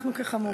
אנחנו כחמורים.